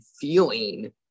feeling